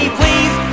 please